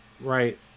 Right